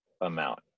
amount